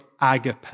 agape